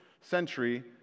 century